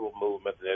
movement